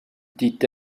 dit